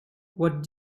what